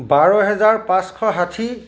বাৰ হেজাৰ পাঁচশ ষাঠি